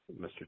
Mr